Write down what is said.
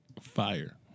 Fire